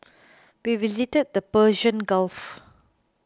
we visited the Persian Gulf